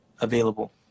available